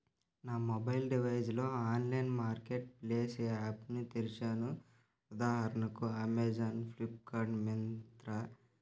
నా మొబైల్ డివైస్లో online market ప్లేసే యాప్ని తెరిచాను ఉదాహరణకు అమెజాన్ ఫ్లిఫ్కార్ట్ మింత్రా